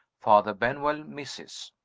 father benwell misses.